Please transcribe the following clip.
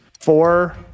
Four